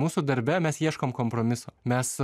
mūsų darbe mes ieškom kompromiso mes